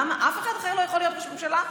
אף אחד אחר לא יכול להיות ראש ממשלה?